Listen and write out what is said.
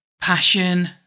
passion